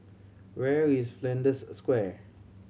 where is Flanders Square